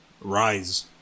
rise